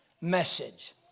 message